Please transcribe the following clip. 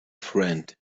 friend